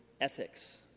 ethics